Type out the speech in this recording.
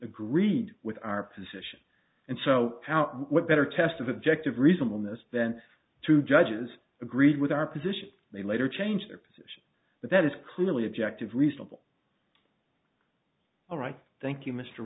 agreed with our position and so now what better test of objective reason than this then two judges agreed with our position they later changed their position but that is clearly objective reasonable all right thank you mr